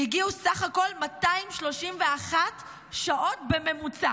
והגיעו בסך הכול 231 שעות בממוצע.